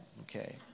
okay